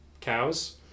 cows